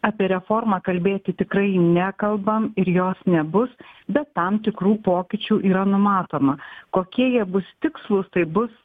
apie reformą kalbėti tikrai nekalbam ir jos nebus bet tam tikrų pokyčių yra numatoma kokie jie bus tikslūs tai bus